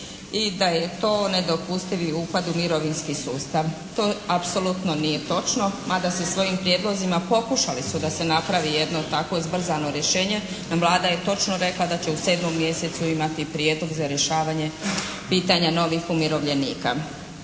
i da je to nedopustivi upad u mirovinski sustav. To apsolutno nije točno, mada se svojim prijedlozima pokušali su da se napravi jedno takvo zbrzano rješenje. Vlada je točno rekla da će u 7. mjesecu imati prijedlog za rješavanje pitanje novih umirovljenika.